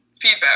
feedback